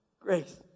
Grace